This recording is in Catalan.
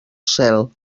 cel